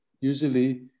usually